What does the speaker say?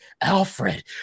Alfred